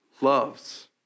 loves